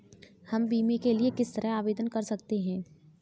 हम बीमे के लिए किस तरह आवेदन कर सकते हैं?